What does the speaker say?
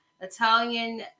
Italian